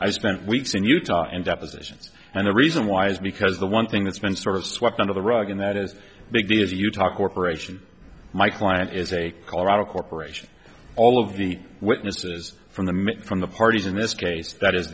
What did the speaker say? i spent weeks in utah and depositions and the reason why is because the one thing that's been sort of swept under the rug and that is a big deal as you talk corporation my client is a colorado corporation all of the witnesses from the minute from the parties in this case that is